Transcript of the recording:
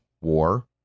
war